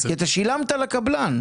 כי אתה שילמת לקבלן.